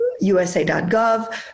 USA.gov